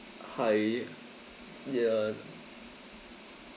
hi ya